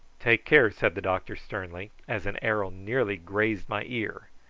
take care, said the doctor sternly, as an arrow nearly grazed my ear.